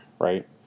right